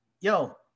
Yo